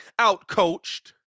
outcoached